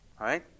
right